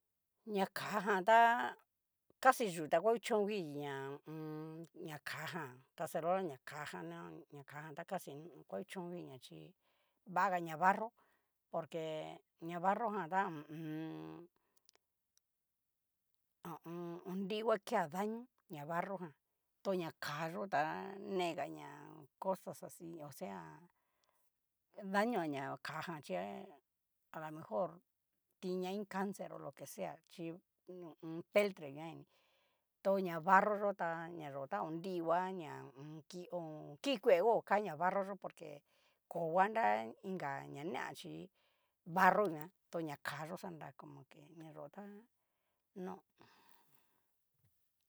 Ña ká jan ta casi yú ta va kuchongiña ho o on. ña ká jan caserola ña ká jan ña ña kájan ta casi ngua kuchonviña chí vaga ña barro por que ña barro jan tá hu u un. ho o on. onriva ke a daño ña barro jan tu ña ká yó ta, negaña cosas asi, osea dañojaña ña ká jan chí alomejor tin ña iin canser o lo que sea chí hu u un. peltre nguan ini tu na barro yó ta ñá yó ta honriva ña ho o on. kio ko kikuevo ka na barro yó por que kogna nra inka na nea chí barro nguan tu ña ká yo xanra como ke ña yó tá no.